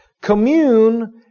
Commune